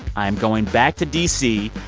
i'm going back to d c.